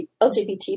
LGBT